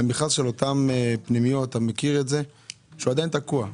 של אותן פנימיות שהוא עדיין תקוע.